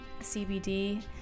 CBD